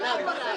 מי נמנע?